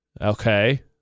Okay